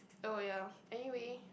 oh ya anyway